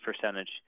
percentage